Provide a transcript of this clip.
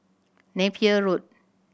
Napier Road